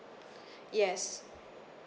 yes